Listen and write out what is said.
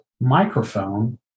microphone